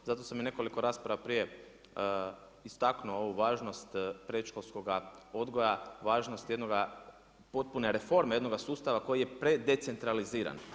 Zato sam i nekoliko rasprava prije istaknuo ovu važnost predškolskoga odgoja, važnost jednoga, potpune reforme, jednoga sustava koji je predecentraliziran.